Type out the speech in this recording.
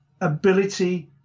ability